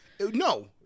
No